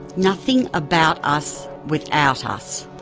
nothing about us without ah us.